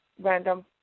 random